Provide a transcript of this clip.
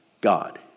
God